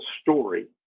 story